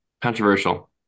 controversial